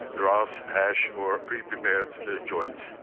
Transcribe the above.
grass, hash, or pre-prepared joints.